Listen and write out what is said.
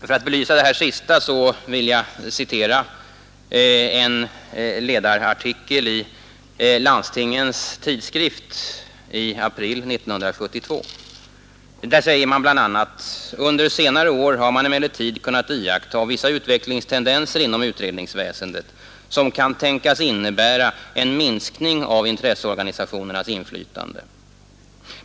För att belysa det sista vill jag citera en ledarartikel i Landstingens tidskrift i april 1972, där det står bl.a. följande: ”Under senare år har man emellertid kunnat iaktta vissa utvecklingstendenser inom utredningsväsendet, som kan tänkas innebära en minskning av intresseorganisationernas inflytande.